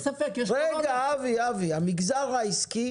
המגזר העסקי